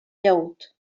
llaüt